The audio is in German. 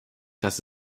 dass